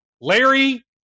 Larry